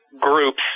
groups